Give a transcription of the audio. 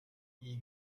i̇yi